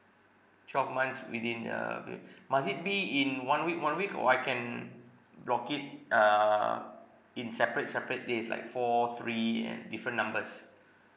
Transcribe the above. twelve months within the ba~ must it be in one week one week or I can block it err in separate separate days like four three and different numbers